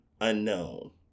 unknown